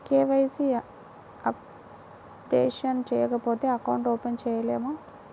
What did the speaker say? KYC updation చేయకపోతే account open చేయలేమా?